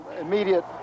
immediate